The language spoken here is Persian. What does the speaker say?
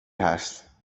هست